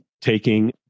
taking